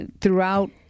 throughout